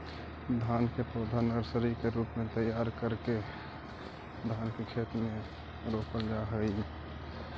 धान के पौधा नर्सरी के रूप में तैयार करके धान के खेत में रोपल जा हइ